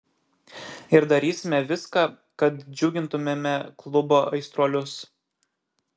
ir darysime viską kad džiugintumėme klubo aistruolius